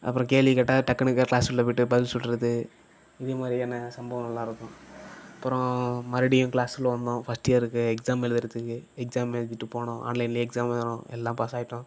அப்புறம் கேள்வி கேட்டால் டக்குனு க கிளாஸுக்குள்ள போயிட்டு பதில் சொல்கிறது இதே மாதிரியான சம்பவங்கள்லாம் இருக்கும் அப்புறம் மறுபடியும் கிளாஸுக்குள்ள வந்தோம் ஃபர்ஸ்ட் இயருக்கு எக்ஸாம் எழுதுறதுக்கு எக்ஸாம் எழுதிட்டு போனோம் ஆன்லைன்லேயே எக்ஸாம் எல்லாம் பாஸ் ஆகிட்டோம்